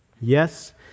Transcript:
Yes